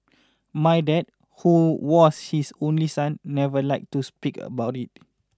my dad who was his only son never liked to speak about it